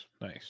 nice